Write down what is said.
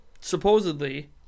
supposedly